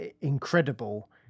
incredible